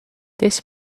this